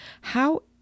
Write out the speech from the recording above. how